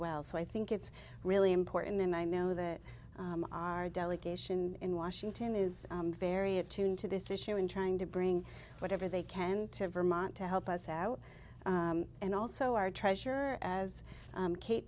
well so i think it's really important and i know that our delegation in washington is very attuned to this issue in trying to bring whatever they can to vermont to help us out and also our treasure as kate